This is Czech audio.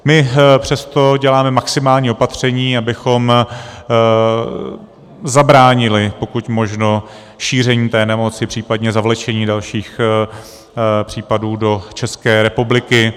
My přesto děláme maximální opatření, abychom zabránili pokud možno šíření té nemoci, případně zavlečení dalších případů do České republiky.